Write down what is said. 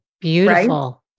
beautiful